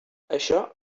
això